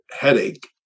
headache